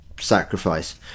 sacrifice